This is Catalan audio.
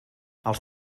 els